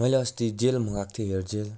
मैले अस्ति जेल मगाएको थिएँ हेयर जेल